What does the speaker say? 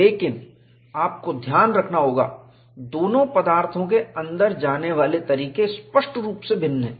लेकिन आपको ध्यान रखना होगा दोनों पदार्थों के अंदर जाने वाले तरीके स्पष्ट रूप से भिन्न हैं